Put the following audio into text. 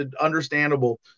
understandable